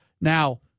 Now